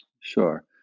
Sure